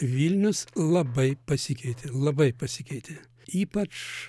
vilnius labai pasikeitė labai pasikeitė ypač